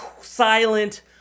silent